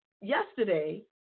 yesterday